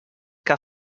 que